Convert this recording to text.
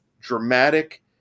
dramatic